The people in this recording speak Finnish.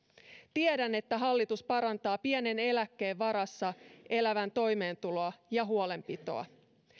tiedän että hallitus parantaa pienen eläkkeen varassa elävän toimeentuloa ja huolenpitoa